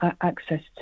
access